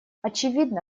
очевидно